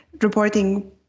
reporting